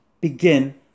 begin